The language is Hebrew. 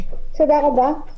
תודה רבה.